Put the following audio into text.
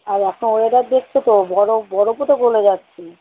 আর এখন ওয়েদার দেখছো তো বরফ বরফও তো গলে যাচ্ছে